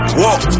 walk